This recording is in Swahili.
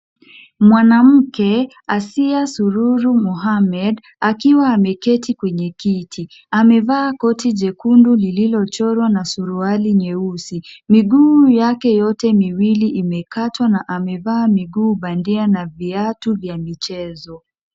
Mwanamke Asiya Sururu Mohammed akiwa ameketi kwenye kiti. Amevaa koti jekundu lililochorwa na suruali nyeusi. Miguu yake yote miwili imekatwa na amevaa miguu bandia na viatu vya michezo.